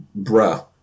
bruh